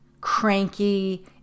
cranky